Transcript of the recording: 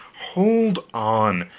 hold on,